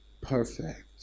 perfect